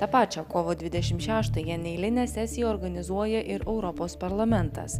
tą pačią kovo dvidešimt šeštąją neeilinę sesiją organizuoja ir europos parlamentas